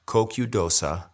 Kokudosa